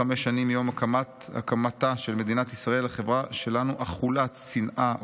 75 שנים מיום הקמתה של מדינת ישראל החברה שלנו אכולת שנאה,